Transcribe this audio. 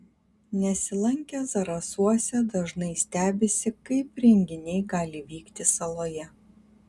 nesilankę zarasuose dažnai stebisi kaip renginiai gali vykti saloje